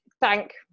thank